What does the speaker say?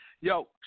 Yo